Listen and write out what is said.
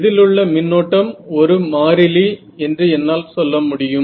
இதிலுள்ள மின்னோட்டம் ஒரு மாறிலி என்று என்னால் சொல்ல முடியும்